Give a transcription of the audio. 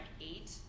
eight